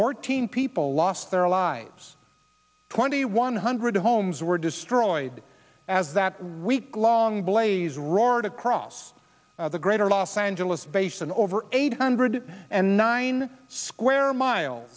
fourteen people lost their lives twenty one hundred homes were destroyed as that week long blaze roared across the greater los angeles basin over eight hundred and nine square mile